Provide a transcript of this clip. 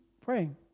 praying